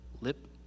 lip